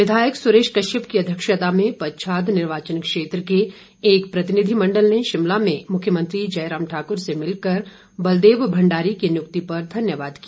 विधायक सुरेश कश्यप की अध्यक्षता में पच्छाद निर्वाचन क्षेत्र के एक प्रतिनिधिमंडल ने शिमला में मुख्यमंत्री जयराम ठाकुर से मिलकर बलदेव भंडारी की नियुक्ति पर धन्यवाद किया